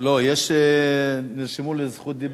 לא, נרשמו לזכות דיבור.